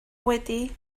wedi